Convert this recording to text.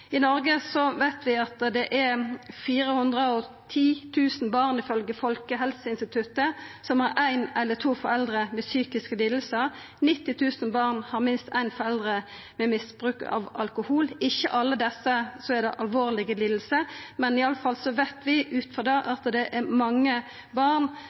veit at det i Noreg er 410 000 barn som, ifølgje Folkehelseinstituttet, har ein eller to foreldre med psykiske lidingar. 90 000 barn har minst ein forelder som misbruker alkohol. Ikkje alle desse har alvorlege lidingar, men me veit iallfall ut frå dette at det er mange barn